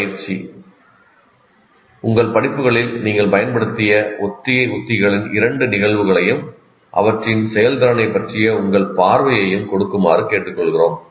பயிற்சி உங்கள் படிப்புகளில் நீங்கள் பயன்படுத்திய ஒத்திகை உத்திகளின் இரண்டு நிகழ்வுகளையும் அவற்றின் செயல்திறனைப் பற்றிய உங்கள் பார்வையையும் கொடுக்குமாறு கேட்டுக்கொள்கிறோம்